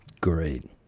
great